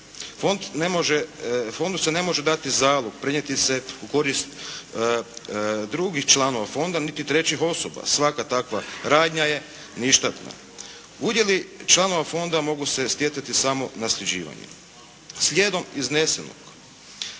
fondu se ne može dati zalog, prenijeti se u korist drugih članova Fonda niti trećih osoba. Svaka takva radnja je ništavna. Udjeli članova Fonda mogu se stjecati samo nasljeđivanjem. Slijedom iznesenog